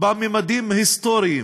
בממדים היסטוריים,